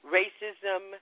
racism